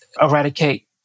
eradicate